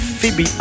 Phoebe